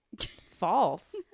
False